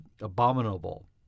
Abominable